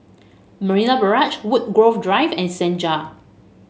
Marina Barrage Woodgrove Drive and Senja